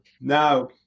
now